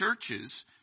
churches